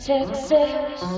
Texas